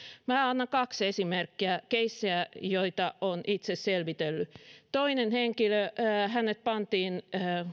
minä annan kaksi esimerkkiä keissejä joita olen itse selvitellyt toinen henkilö pantiin